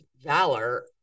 valor